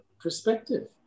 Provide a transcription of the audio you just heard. perspective